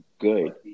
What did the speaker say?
Good